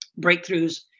breakthroughs